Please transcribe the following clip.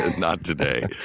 not today.